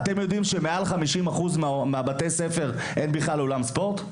אתם יודעים שמעל 50% מבתי הספר אין בכלל אולם ספורט?